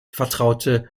vertraute